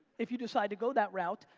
if you decide to go that route,